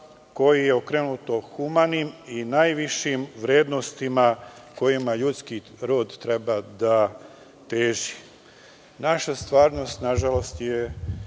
koje je okrenuto humanim i najvišim vrednostima kojima ljudski rod treba da teži. Naša stvarnost je